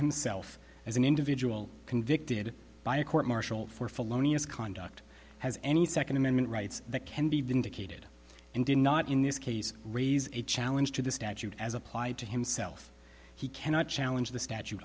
himself as an individual convicted by a court martial for felonious conduct has any second amendment rights that can be vindicated and did not in this case raise a challenge to the statute as applied to himself he cannot challenge the statu